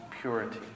purity